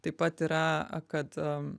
taip pat yra kad